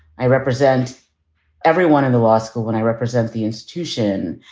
i represent everyone in the law school when i represent the institution.